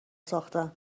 ساختن